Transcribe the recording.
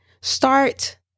start